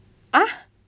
!huh!